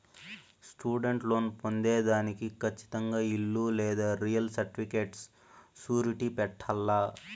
student loan పొందేదానికి కచ్చితంగా ఇల్లు లేదా రియల్ సర్టిఫికేట్ సూరిటీ పెట్టాల్ల